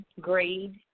grade